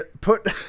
put